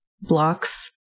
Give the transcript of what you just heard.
blocks